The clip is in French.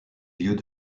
lieux